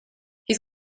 his